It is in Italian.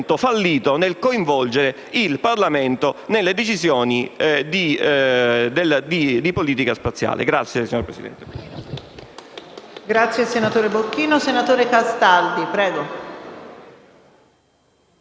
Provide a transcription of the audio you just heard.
fallito nel coinvolgere il Parlamento nelle decisioni di politica spaziale.